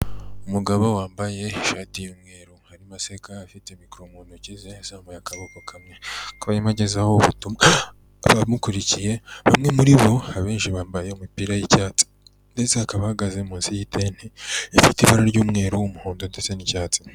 Umugabo wambaye ishati y'umweru arimo aseka afite mikoro mu ntoki ze azamuye akaboko kamwe, akaba arimo agezaho ubutumwa abamukurikiye, bamwe muri bo abenshi bambaye imipira y'icyatsi ndetse akaba ahagaze munsi y'itente ifite ibara ry'umweru, umuhondo ndetse n'icyatsi.